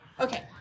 okay